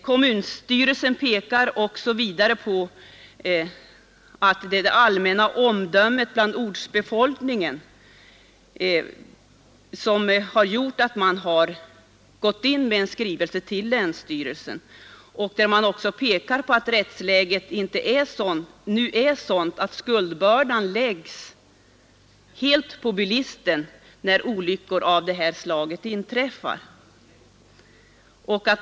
Kommunstyrelsen anför vidare att det allmänna omdömet bland ortsbefolkningen har gjort att man nu gått in med en skrivelse till länsstyrelsen, vari man också påvisar att rättsläget för n sådant, att skuldbördan helt läggs på bilisterna när olyckor av det här slaget inträffar.